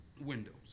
windows